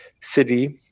city